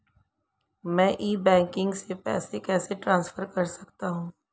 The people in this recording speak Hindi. मैं ई बैंकिंग से पैसे कैसे ट्रांसफर कर सकता हूं?